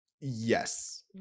Yes